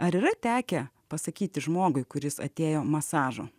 ar yra tekę pasakyti žmogui kuris atėjo masažo